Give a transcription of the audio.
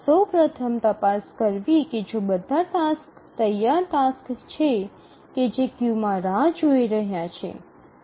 સૌ પ્રથમ તપાસ કરવી કે જો બધા ટાસક્સ તૈયાર ટાસક્સ છે જે ક્યૂમાં રાહ જોઈ રહ્યા છે